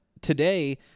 today